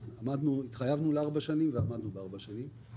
התחייבנו לארבע שנים ועמדנו בארבע שנים.